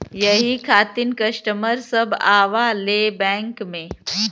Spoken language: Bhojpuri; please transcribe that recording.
यही खातिन कस्टमर सब आवा ले बैंक मे?